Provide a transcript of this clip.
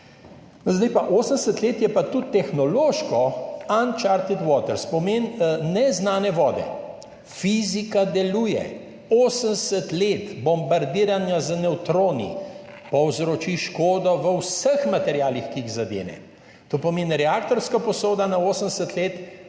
karkoli. 80 let je pa tudi tehnološko uncharted waters, kar pomeni neznane vode. Fizika deluje, 80 let bombardiranja z nevtroni povzroči škodo v vseh materialih, ki jih zadene. To pomeni, reaktorska posoda na 80 let